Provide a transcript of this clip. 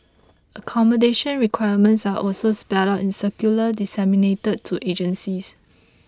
accommodation requirements are also spelt out in circulars disseminated to agencies